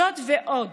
זאת ועוד,